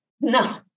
No